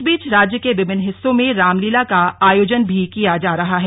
इस बीच राज्य के विभिन्न हिस्सों में रामलीला का आयोजन भी किया जा रहा है